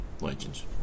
Legends